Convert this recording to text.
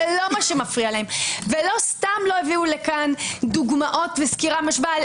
ולא סתם לא הביאו לכאן דוגמאות וסקירה משווה על